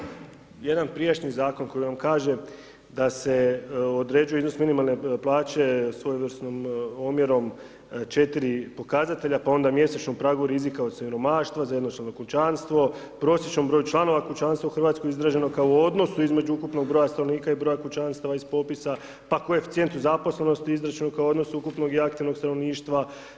Ali kada imate jedan prijašnji zakon koji vam kaže da se određuje iznos minimalne plaće svojevrsnim omjerom 4 pokazatelja, pa onda mjesečnom pragu rizika od siromaštva za jednočlano kućanstvo, prosječnom broju članova kućanstva u Hrvatskoj izraženo kao u odnosu između ukupnog broja stanovnika i broja kućanstava iz popisa, pa koeficijentu zaposlenosti izračun kao odnos ukupnog i aktivnog stanovništva.